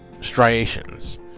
striations